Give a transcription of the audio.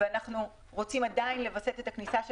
אנחנו רוצים עדיין לווסת את הכניסה של